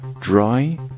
Dry